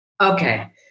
Okay